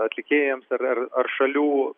atlikėjams ar ar ar šalių